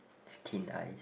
it's thin eyes